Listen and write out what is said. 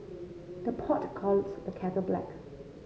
the pot calls the kettle black